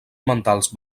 mentals